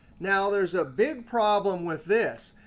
now there's a big problem with this,